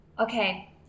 Okay